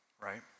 right